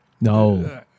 No